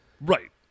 Right